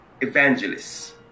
evangelists